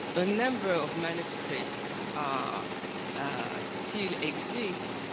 a number of manuscripts ah still exist.